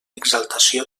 exaltació